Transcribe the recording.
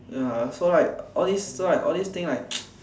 ya so like all these so like all these things like